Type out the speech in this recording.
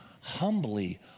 humbly